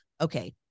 okay